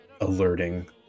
alerting